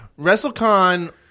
WrestleCon